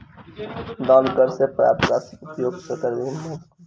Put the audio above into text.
धन कर सॅ प्राप्त राशिक उपयोग सरकार विभिन्न मद मे करैत छै